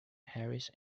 harris